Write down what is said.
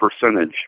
percentage